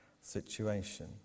situation